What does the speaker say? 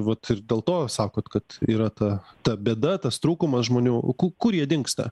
vat ir dėl to sakot kad yra ta ta bėda tas trūkumas žmonių aukų kur jie dingsta